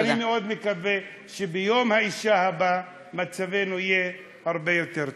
אני מאוד מקווה שביום האישה הבא מצבנו יהיה הרבה יותר טוב.